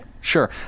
Sure